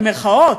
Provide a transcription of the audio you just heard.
במירכאות,